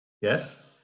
Yes